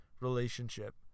relationship